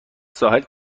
ساحل